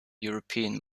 european